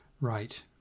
Right